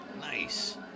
Nice